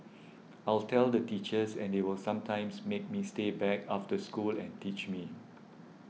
I'll tell the teachers and they will sometimes make me stay back after school and teach me